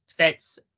fits